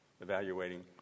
evaluating